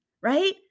right